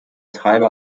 treiber